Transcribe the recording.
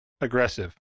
aggressive